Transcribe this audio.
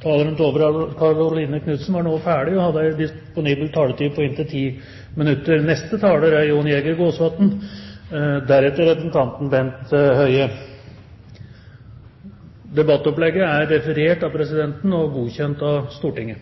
Tove Karoline Knutsen var nå ferdig. Hun hadde en disponibel taletid på inntil 10 minutter. Debattopplegget er referert av presidenten og godkjent av Stortinget